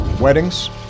weddings